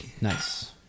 nice